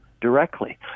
directly